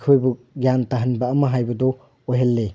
ꯑꯩꯈꯣꯏꯕꯨ ꯒ꯭ꯌꯥꯟ ꯇꯥꯍꯟꯕ ꯑꯃ ꯍꯥꯏꯕꯗꯨ ꯑꯣꯏꯍꯜꯂꯤ